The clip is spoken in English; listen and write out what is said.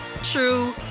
true